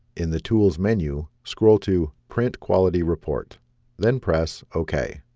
in the tools menu scroll to print quality report then press ok